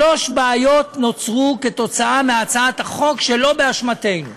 שלוש בעיות נוצרו כתוצאה מהצעת החוק, שלא באשמתנו: